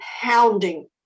pounding